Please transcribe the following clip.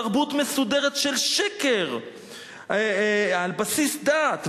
תרבות מסודרת של שקר על בסיס דת,